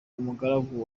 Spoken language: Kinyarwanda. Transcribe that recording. umugaragu